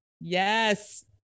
Yes